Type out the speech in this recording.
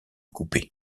coupé